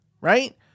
right